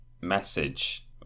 message